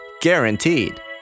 guaranteed